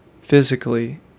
physically